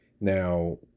Now